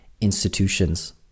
institutions